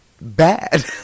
bad